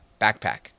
backpack